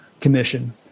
Commission